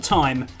time